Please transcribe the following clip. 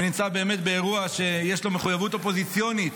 שנמצא באירוע שיש לו מחויבות אופוזיציונית